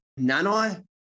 Nanai